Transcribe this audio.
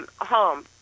home